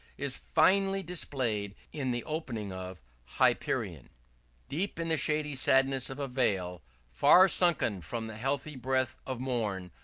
is finely displayed in the opening of hyperion deep in the shady sadness of a vale far sunken from the healthy breath of morn,